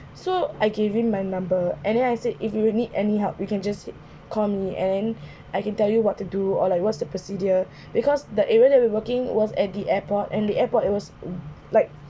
so I gave him my number and then I said if you need any help you can just hit call me and then I can tell you what to do or like what's the procedure because the area that we working was at the airport and the airport it was like